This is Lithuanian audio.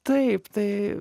taip tai